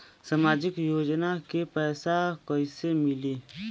सामाजिक योजना के पैसा कइसे मिली?